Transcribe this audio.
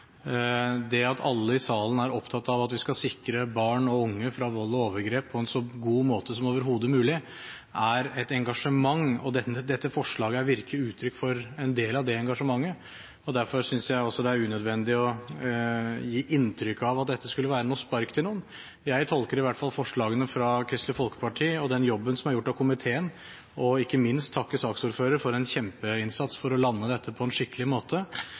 Det at alle i salen er opptatt av at vi skal sikre barn og unge fra vold og overgrep på en så god måte som overhodet mulig, er et engasjement, og dette forslaget er virkelig uttrykk for en del av det engasjementet. Derfor synes jeg også det er unødvendig å gi inntrykk av at dette skulle være noe spark til noen. Jeg tolker i hvert fall forslagene fra Kristelig Folkeparti og den jobben som er gjort av komiteen – og jeg vil ikke minst takke saksordføreren for en kjempeinnsats for å lande dette på en skikkelig måte